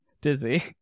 dizzy